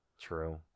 True